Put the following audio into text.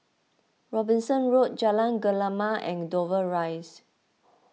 Robinson Road Jalan Gemala and Dover Rise